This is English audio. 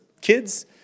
Kids